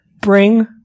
bring